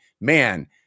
man